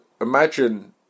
imagine